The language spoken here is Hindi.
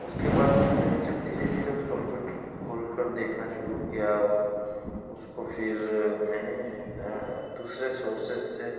उसके बाद फिर मैंने जब धीरे धीरे उस कंप्यूटर को खोल कर देखना शुरू किया और उसको फिर मैंने दूसरे सोर्सेज़ से